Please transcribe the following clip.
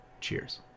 Cheers